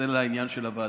אז זה לעניין של הוועדות.